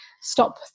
stop